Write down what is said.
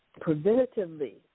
preventatively